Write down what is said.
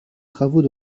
travaux